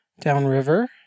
downriver